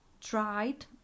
tried